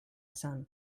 son